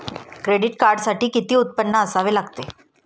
Credit कार्डसाठी किती उत्पन्न असावे लागते?